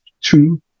two